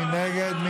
מי נגד?